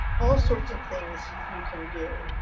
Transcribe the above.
all sorts of things you can do.